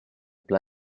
pla